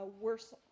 worse